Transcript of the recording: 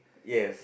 yes